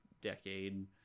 decade